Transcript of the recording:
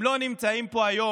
הם לא נמצאים פה היום